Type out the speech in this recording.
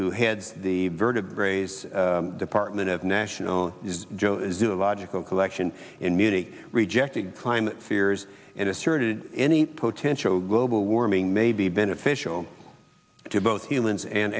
who had the vertebrae zzz department of national joe is illogical collection in munich rejected climate fears and asserted any potential global warming may be beneficial to both humans and